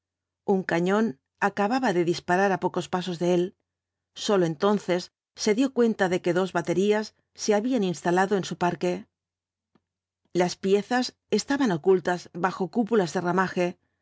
ün cañón acababa de disparar á pocos pasos de él sólo entonces se dio cuenta de que dos baterías se habían instalado en su parque las piezas estaban oculta bajo cúpulas de ramaje